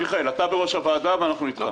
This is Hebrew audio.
מיכאל מלכיאלי, אתה בראש הצוות ואנחנו איתך.